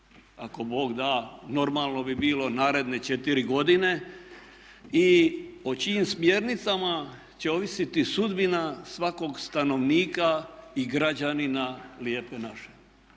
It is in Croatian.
ako Bog da normalno bi bilo naredne četiri godine i o čijim smjernicama će ovisiti sudbina svakog stanovnika i građanina Lijepe naše.